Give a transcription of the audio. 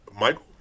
Michael